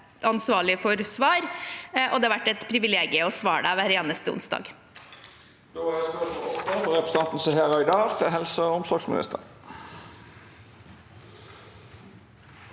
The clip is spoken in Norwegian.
ansvarlige om svar, og det har vært et privilegium å svare deg hver eneste onsdag.